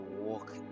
walk